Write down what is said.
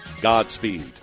Godspeed